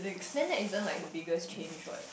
then that isn't like the biggest change what